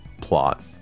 plot